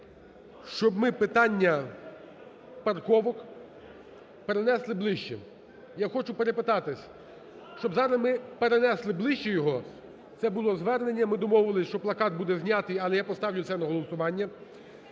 щоб ми питання парковок перенесли ближче. Я хочу перепитатись, щоб зараз ми перенесли ближче його? Це було звернення, ми домовились, що плакат буде знятий, але я поставлю це на голосування.